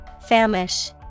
Famish